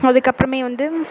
அதுக்கப்புறமே வந்து